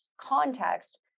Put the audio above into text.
context